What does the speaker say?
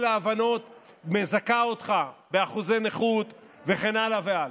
ההבנות הייתה מזכה אותך באחוזי נכות וכן הלאה והלאה.